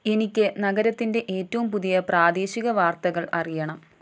എനിക്ക് നഗരത്തിൻ്റെ ഏറ്റവും പുതിയ പ്രാദേശിക വാർത്തകൾ അറിയണം